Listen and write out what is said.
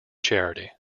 charity